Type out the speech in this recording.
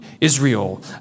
Israel